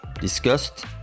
Disgust